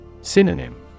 Synonym